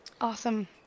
Awesome